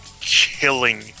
killing